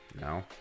no